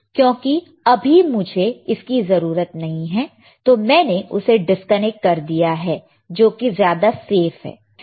क्योंकि अभी मुझे इसकी जरूरत नहीं है तो मैंने उसे डिस्कनेक्ट कर दिया जो कि ज्यादा सेफ है